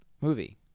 movie